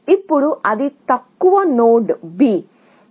ఇప్పుడు అతి తక్కువ నోడ్ B